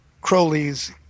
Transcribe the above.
Crowley's